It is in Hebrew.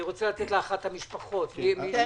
אני רוצה לתת לאחת מן המשפחות להתייחס.